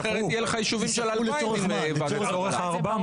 אחרת יהיו לך יישובים של 2,000. זה מובן מאליו.